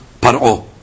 Par'o